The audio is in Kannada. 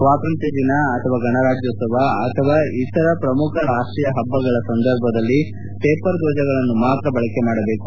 ಸ್ನಾತಂತ್ರ್ಯ ದಿನ ಅಥವಾ ಗಣರಾಜ್ನೋತ್ಸವ ದಿನ ಅಥವಾ ಇತರೆ ಪ್ರಮುಖ ರಾಷ್ಷೀಯ ಪಬ್ಲಗಳ ಸಂದರ್ಭದಲ್ಲಿ ಪೇಪರ್ ಧ್ವಜಗಳನ್ನು ಮಾತ್ರ ಬಳಕೆ ಮಾಡಬೇಕು